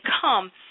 come